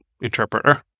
interpreter